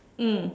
mm